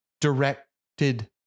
directed